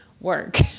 work